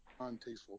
untasteful